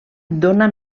dóna